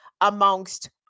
amongst